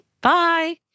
Bye